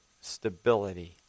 stability